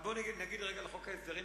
אבל בואו נגיע לרגע לחוק ההסדרים.